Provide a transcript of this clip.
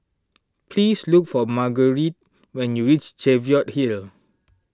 please look for Marguerite when you reach Cheviot Hill